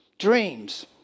dreams